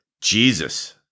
Jesus